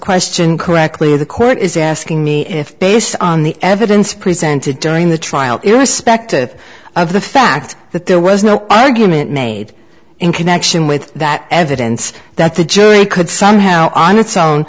question correctly the court is asking me if based on the evidence presented during the trial irrespective of the fact that there was no argument made in connection with that evidence that the jury could somehow on its own